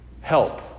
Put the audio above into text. help